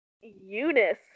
Eunice